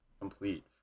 complete